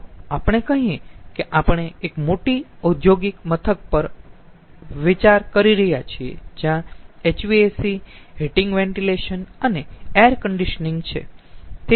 ચાલો આપણે કહીયે કે આપણે એક મોટી ઉદ્યોગિક મથક પર વિચાર કરી રહ્યા છીએ જ્યાં HVAC હીટિંગ વેન્ટિલેશન અને એર કન્ડીશનીંગ છે